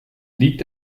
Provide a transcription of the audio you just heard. liegt